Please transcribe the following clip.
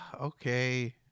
Okay